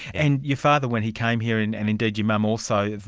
and your father when he came here and and indeed your mum also,